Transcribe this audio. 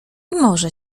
może